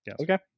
Okay